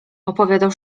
opowiadał